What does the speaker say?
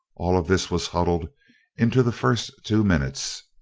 all of this was huddled into the first two minutes.